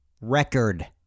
record